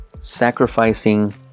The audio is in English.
sacrificing